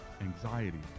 anxiety